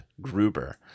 Gruber